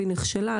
נכשלה.